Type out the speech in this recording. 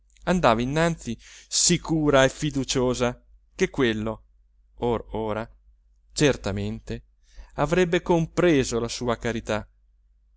andava innanzi sicura e fiduciosa che quello or ora certamente avrebbe compreso la sua carità